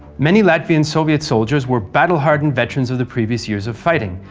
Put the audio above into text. many latvian soviet soldiers were battle-hardened veterans of the previous years of fighting.